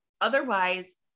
otherwise